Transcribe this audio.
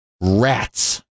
RATS